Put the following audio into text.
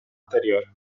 anterior